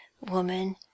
woman